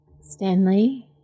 Stanley